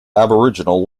aboriginal